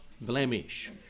blemish